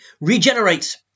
regenerates